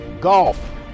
golf